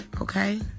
okay